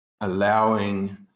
allowing